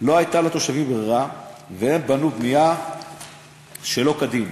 לא הייתה לתושבים ברירה והם בנו בנייה שלא כדין.